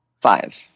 Five